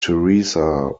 teresa